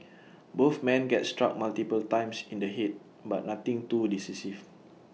both men get struck multiple times in the Head but nothing too decisive